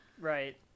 Right